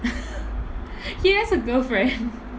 he has a girlfriend